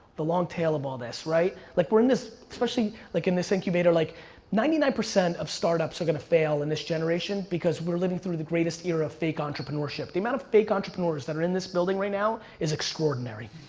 the long tail of all this, right. like, we're in this, especially like in this incubator, like ninety nine percent of startups are gonna fail in this generation because we're living through the greatest era of fake entrepreneurship. the amount of fake entrepreneurs that are in this building right now is extraordinary.